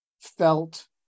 felt